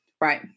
right